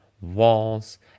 walls